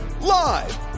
Live